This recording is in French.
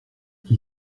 qui